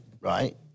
right